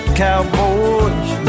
cowboy's